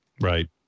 Right